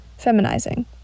feminizing